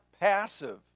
passive